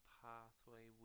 pathway